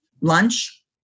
lunch